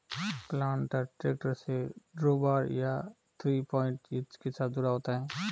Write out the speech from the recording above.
planter tractor से drawbar या three point hitch के साथ जुड़ा होता है